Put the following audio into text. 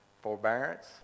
forbearance